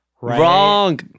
wrong